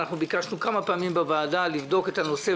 ביקשנו כמה פעמים בוועדה לבדוק את הנושא,